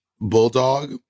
bulldog